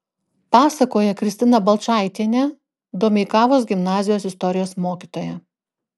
pasakoja kristina balčaitienė domeikavos gimnazijos istorijos mokytoja